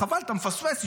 חבל, אתה מפספס.